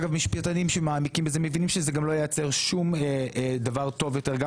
משפטנים שמעמיקים בזה מבינים שזה לא ייצר שום דבר טוב יותר גם